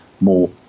more